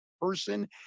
person